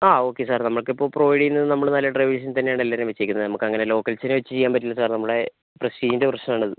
ആ okay sir നമുക്കിപ്പോൾ provide ചെയ്യുന്നത് നമ്മുടെ നല്ലൊരു ഡ്രൈവേഴ്സിനെ തന്നെയാണ് എല്ലാവരെയും വെച്ചേക്കുന്നത് നമുക്കങ്ങനെ ലോക്കൽസിനെ വെച്ച് ചെയ്യാൻ പറ്റില്ല സാർ നമ്മളെ പ്രസ്റ്റീജിൻ്റെ പ്രശ്നമാണത്